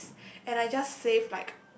and I just save like